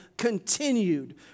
continued